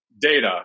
data